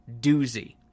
doozy